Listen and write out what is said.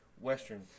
Western